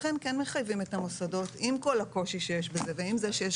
לכן כן מחייבים את המוסדות עם כל הקושי שיש בזה ועם זה שיש